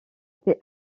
été